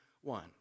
one